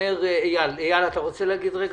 אומר אייל, אייל, אתה רוצה להגיד משפט?